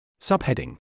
Subheading